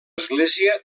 església